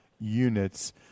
units